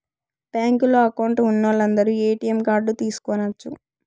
బ్యాంకులో అకౌంట్ ఉన్నోలందరు ATM card తీసుకొనచ్చు